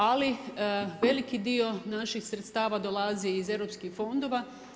Ali veliki dio naših sredstava dolazi iz europskih fondova.